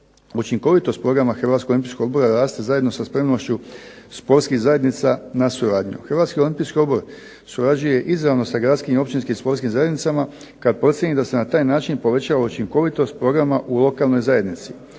Učinkovitost programa Hrvatskog olimpijskog odbora raste zajedno sa spremnošću sportskih zajednica na suradnju. Hrvatski olimpijski odbor surađuje izravno sa gradskim i općinskim sportskim zajednicama, kad procijeni da se na taj način povećava učinkovitost programa u lokalnoj zajednici.